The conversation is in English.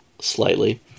slightly